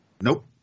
Nope